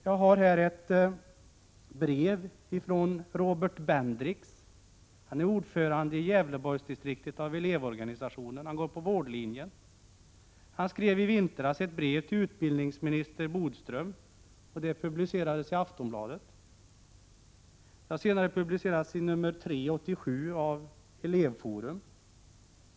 Jag har här ett brev från Robert Bendrix. Han är ordförande i Gävleborgsdistriktet av elevorganisationen och går på vårdlinjen. Han skrev i vintras ett brev till utbildningsminister Bodström, och det brevet publicerades i Aftonbladet. Det har senare också publicerats i nr 3/87 av Elevforum.